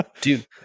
Dude